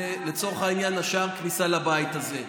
לצורך העניין זה שער הכניסה לבית הזה.